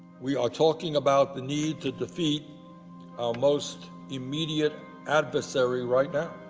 we are talking about the need to defeat our most immediate adversary right now.